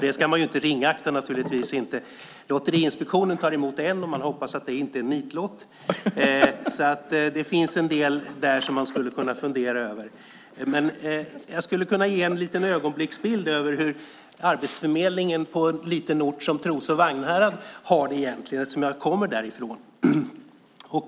Det ska man naturligtvis inte ringakta. Lotteriinspektionen tar emot en, och man hoppas att det inte är en nitlott. Det finns en del där som man skulle kunna fundera över. Jag skulle kunna ge en liten ögonblicksbild av hur Arbetsförmedlingen på en liten ort som Trosa och Vagnhärad egentligen har det, eftersom jag kommer därifrån.